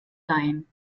leihen